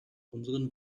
unseren